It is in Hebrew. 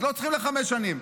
אז לא צריכים לחמש שנים.